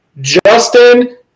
Justin